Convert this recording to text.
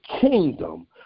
kingdom